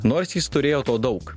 nors jis turėjo to daug